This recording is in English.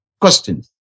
questions